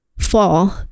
fall